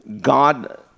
God